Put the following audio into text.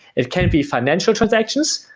it can be financial transactions,